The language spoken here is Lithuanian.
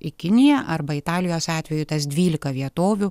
į kiniją arba italijos atveju tas dvylika vietovių